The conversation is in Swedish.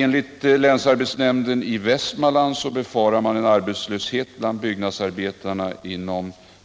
Enligt länsarbetsnämnden i Västmanland befarar man en arbetslöshet bland byggnadsarbetarna i